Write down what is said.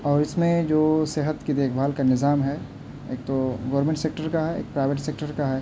اور اس میں جو صحت کی دیکھ بھال کا نظام ہے ایک تو گورنمنٹ سیکٹر کا ہے ایک پرائیوٹ سیکٹر کا ہے